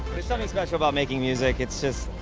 something special about making music, it's just,